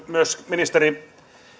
myös ministeri